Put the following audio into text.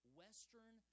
western